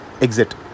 exit